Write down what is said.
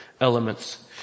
elements